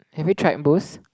have you tried boost